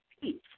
peace